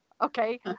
Okay